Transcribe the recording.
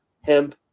hemp